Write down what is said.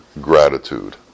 gratitude